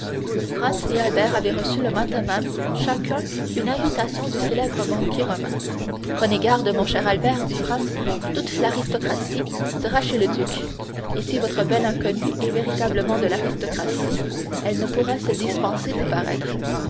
et albert avaient reçu le matin même chacun une invitation du célèbre banquier romain prenez garde mon cher albert dit franz toute l'aristocratie sera chez le duc et si votre belle inconnue est véritablement de l'aristocratie elle ne pourra se dispenser d'y paraître